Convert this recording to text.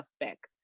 effect